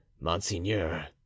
monseigneur